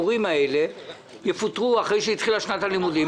למורים האלה שיפוטרו אין לאן ללכת אחרי שהתחילה שנת הלימודים,